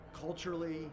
culturally